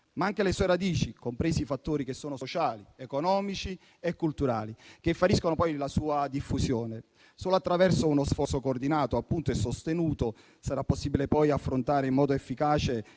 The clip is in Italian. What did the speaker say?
ma anche le sue radici, compresi i fattori sociali, economici e culturali che favoriscono la sua diffusione. Solo attraverso uno sforzo coordinato e sostenuto sarà possibile poi affrontare in modo efficace